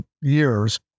years